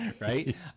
right